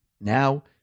Now